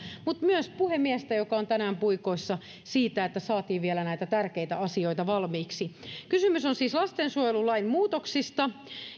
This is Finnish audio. mutta myös puhemiestä joka on tänään puikoissa siitä että saatiin vielä näitä tärkeitä asioita valmiiksi kysymys on siis lastensuojelulain muutoksista